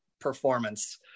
performance